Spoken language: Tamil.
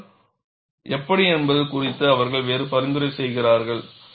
ஆனால் எப்படி என்பது குறித்து அவர்கள் வேறு பரிந்துரை செய்கிறார்கள்